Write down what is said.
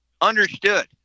Understood